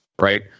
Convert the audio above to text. right